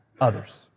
others